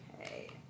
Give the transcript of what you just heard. Okay